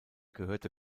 gehörte